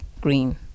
green